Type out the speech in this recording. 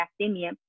academia